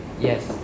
Yes